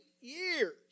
years